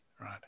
right